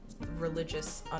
religious